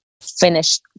finished